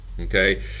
okay